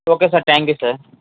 okay sir thank you sir